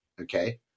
Okay